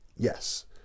yes